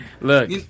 Look